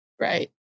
right